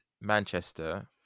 Manchester